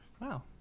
Wow